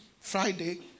Friday